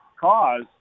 cause